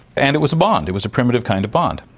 and it was a bond, it was a primitive kind of bond.